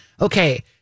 okay